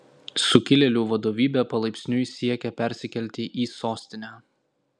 sukilėlių vadovybė palaipsniui siekia persikelti į sostinę